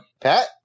Pat